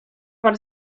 pan